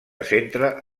centra